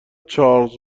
چارلز